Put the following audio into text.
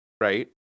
right